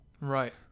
Right